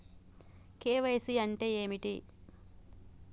KYC అంటే ఏమిటి?